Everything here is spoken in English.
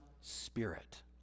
spirit